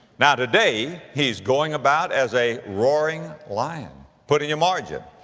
now today, he's going about as a roaring lion. put in your margin,